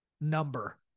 number